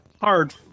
hard